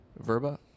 Verba